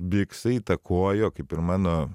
biksai įtakojo kaip ir mano